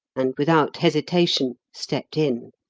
and, without hesitation, stepped in.